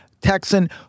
Texan